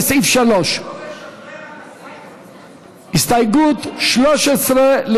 לסעיף 3. הסתייגות 13,